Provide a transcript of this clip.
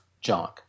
junk